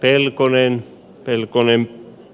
pelkonen pelkonen